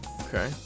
Okay